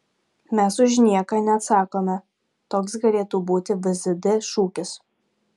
mes už nieką neatsakome toks galėtų būti vsd šūkis